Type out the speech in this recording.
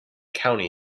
county